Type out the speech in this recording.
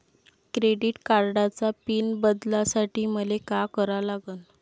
Credit कार्डाचा PIN बदलासाठी मले का करा लागन?